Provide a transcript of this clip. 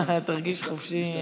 תרגיש חופשי.